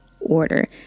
order